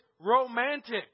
romantic